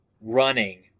running